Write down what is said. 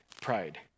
pride